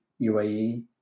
UAE